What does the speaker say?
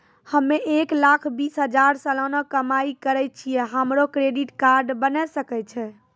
हम्मय एक लाख बीस हजार सलाना कमाई करे छियै, हमरो क्रेडिट कार्ड बने सकय छै?